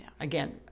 Again